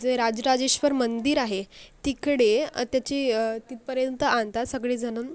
जे राजराजेश्वर मंदिर आहे तिकडे त्याची तिथपर्यंत आणतात सगळे जण